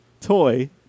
toy